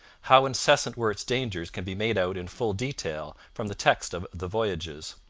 how incessant were its dangers can be made out in full detail from the text of the voyages.